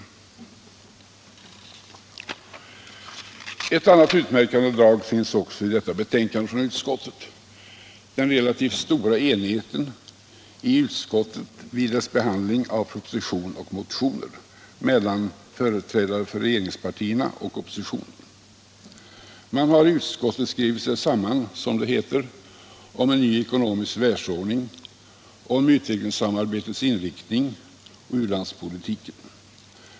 Också ett annat utmärkande drag finns i detta betänkande från utskottet, nämligen den relativt stora enigheten mellan företrädare för regeringspartierna och oppositionen i utskottet vid dess behandling av proposition och motioner. Man har i utskottet skrivit sig samman, som det heter, om en ny ekonomisk världsordning, utvecklingssamarbetets inriktning samt u-landspolitiken.